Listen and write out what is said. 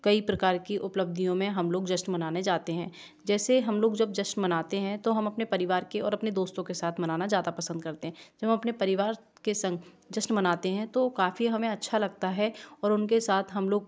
कई प्रकार की उपलब्धियों में हम लोग जश्न मनाने जाते हैं जैसे हम लोग जब जश्न मनाते हैं तो हम अपने परिवार के और अपने दोस्तों के साथ मनाना ज़्यादा पसंद करते हैं जब हम अपने परिवार के संग जश्न मनाते हैं तो काफ़ी हमें अच्छा लगता है और उनके साथ हम लोग